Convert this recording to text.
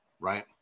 right